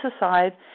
aside